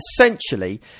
essentially